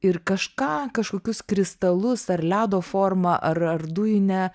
ir kažką kažkokius kristalus ar ledo formą ar ar dujinę